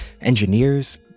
engineers